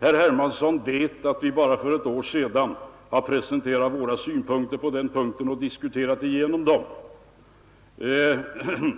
Herr Hermansson i Stockholm vet att vi bara för ett år sedan har presenterat våra synpunkter i skattefrågan och diskuterat igenom dem.